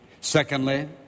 Secondly